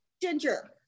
Ginger